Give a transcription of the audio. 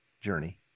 Journey